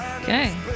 Okay